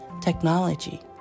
technology